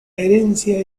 herencia